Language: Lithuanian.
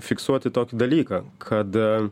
fiksuoti tokį dalyką kad